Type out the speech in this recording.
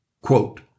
quote